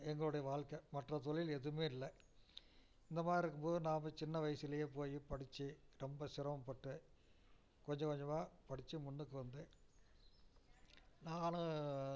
எங்களுடைய வாழ்க்கை மற்ற தொழில் எதுவுமே இல்லை இந்தமாதிரி இருக்கும்போது நாம்ப சின்ன வயதிலயே போய் படித்து ரொம்ப சிரமப்பட்டு கொஞ்சம் கொஞ்சமாக படித்து முன்னுக்கு வந்து நானும்